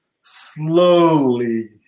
slowly